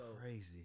crazy